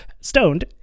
Stoned